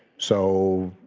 so,